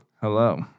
Hello